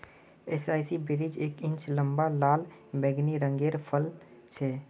एसाई berries एक inch लंबा लाल बैंगनी रंगेर फल छे